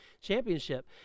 Championship